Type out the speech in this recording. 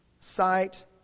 sight